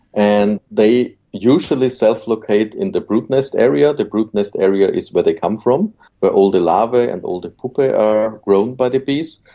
and they usually self-locate in the brood nest area. the brood nest area is where they come from, where but all the larvae and all the pupae are grown by the bees.